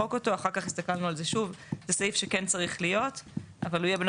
ואחר כך הסתכלנו על זה שוב; זה סעיף שכן צריך להיות,